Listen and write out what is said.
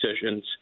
decisions